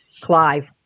Clive